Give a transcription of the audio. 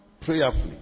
prayerfully